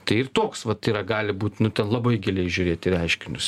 tai ir toks vat yra gali būt nu labai giliai žiūrėti reiškinius